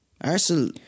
Arsenal